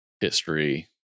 history